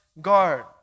guard